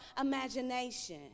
imagination